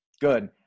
Good